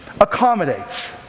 accommodates